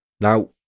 Now